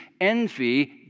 envy